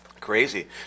Crazy